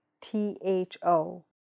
T-H-O